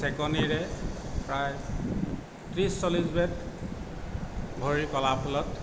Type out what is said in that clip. চেকনিৰে প্ৰায় ত্ৰিছ চল্লিছ বেট ভৰিৰ কলাফুলত